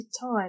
time